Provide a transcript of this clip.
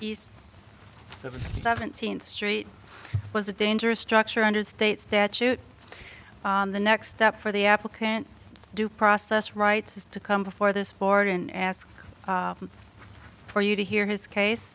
of seventeenth street was a dangerous structure under state statute the next step for the applicant due process rights is to come before this board and ask for you to hear his case